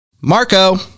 Marco